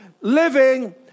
living